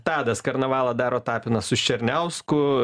tadas karnavalą daro tapinas su ščerniausku